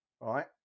right